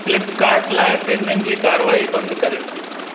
Flipkart लाइ payment जी कार्यवाही बंदि कर्यो